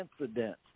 incidents